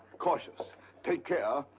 cautious take care,